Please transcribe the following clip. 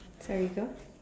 there we go